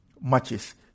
matches